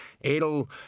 It'll